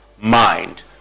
mind